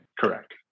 Correct